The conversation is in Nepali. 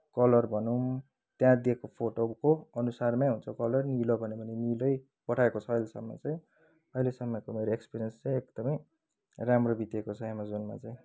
कलर भनौँ त्यहाँ दिएको फोटोको अनुसारमै आउँछ कलर निलो भन्यो भने निलै पठाएको छ अहिलेसम्म चाहिँ अहिलेसम्मको मेरो एक्सपेरियन्स चाहिँ एकदमै राम्रो बितेको छ एमाजोनमा चाहिँ